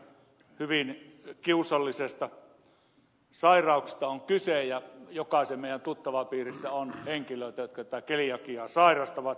hyvin kiusallisesta sairaudesta on kyse ja jokaisen meidän tuttavapiirissämme on henkilöitä jotka keliakiaa sairastavat